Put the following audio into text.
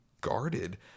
guarded